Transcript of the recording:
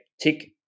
tick